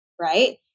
Right